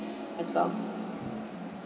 as well